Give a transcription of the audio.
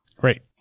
Great